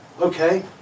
okay